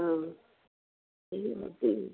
ହଁ